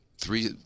three